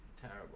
Terrible